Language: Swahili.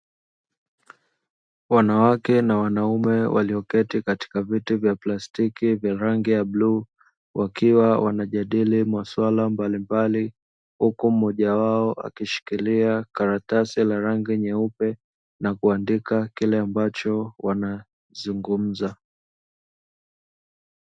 Wanawake na wanaume walioketi katika viti vya plastiki vya rangi ya bluu, wakiwa wanajadili masuala mbalimbali, huku mmoja wao akishikilia karatasi ya rangi nyeupe na kuandika kile ambacho wanazungumza.